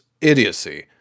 Idiocy